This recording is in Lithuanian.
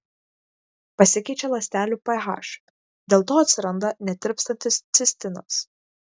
pasikeičia ląstelių ph dėl to atsiranda netirpstantis cistinas